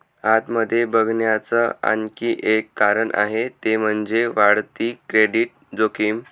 आत मध्ये बघण्याच आणखी एक कारण आहे ते म्हणजे, वाढती क्रेडिट जोखीम